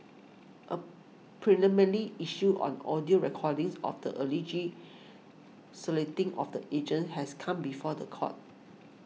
a issue on audio recordings of the alleged soliciting of the agents has come before the court